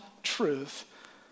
truth